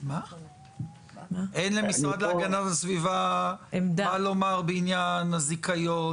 אין למשרד להגנת הסביבה מה לומר בעניין הזיכיון,